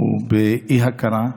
הוא באי-הכרה,